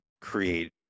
create